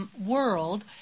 world